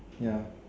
ya